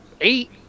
eight